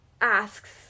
asks